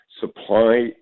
supply